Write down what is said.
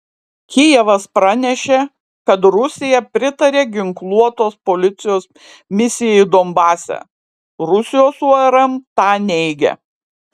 kijevas pranešė kad rusija pritarė ginkluotos policijos misijai donbase rusijos urm tą neigia